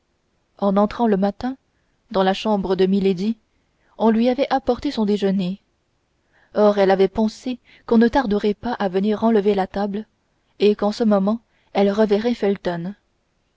en entrant le matin dans la chambre de milady on lui avait apporté son déjeuner or elle avait pensé qu'on ne tarderait pas à venir enlever la table et qu'en ce moment elle reverrait felton